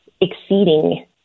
exceeding